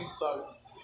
thugs